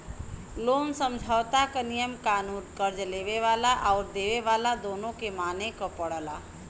loan समझौता क नियम कानून कर्ज़ लेवे वाला आउर देवे वाला दोनों के माने क पड़ला